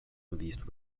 released